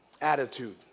attitude